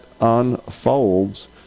unfolds